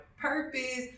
purpose